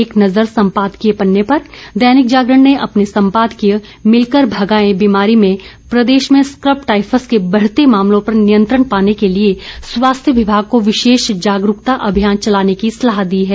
एक नज़र सम्पादकीय पन्ने पर दैनिक जागरण ने अपने संपादकीय मिलकर भगाएं बीमारी में प्रदेश में स्क्रब टायफस के बढ़ते मामलों पर नियंत्रण पाने के लिए स्वास्थ्य विभाग को विशेष जागरूकता अभियान चलाने की सलाह दी है